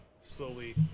slowly